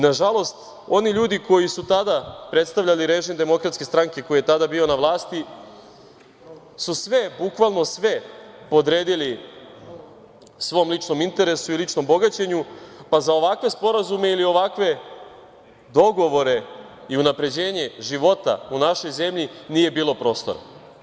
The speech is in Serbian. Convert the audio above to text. Nažalost oni ljudi koji su tada predstavljali režim Demokratske stranke koji je tada bio na vlasti su sve podredili svom ličnom interesu i ličnom bogaćenju, pa za ovakve sporazume ili ovakve dogovore i unapređenje života u našoj zemlji nije bilo prostora.